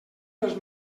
dels